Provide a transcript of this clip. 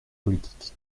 politique